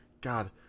God